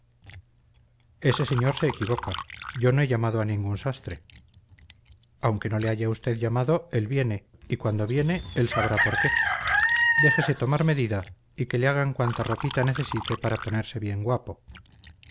ese señor se equivoca yo no he llamado a ningún sastre aunque no le haya usted llamado él viene y cuando viene él sabrá por qué déjese tomar medida y que le hagan cuanta ropita necesite para ponerse bien guapo